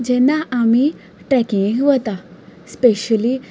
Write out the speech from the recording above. जेन्ना आमी ट्रेकींगेक वता स्पेशली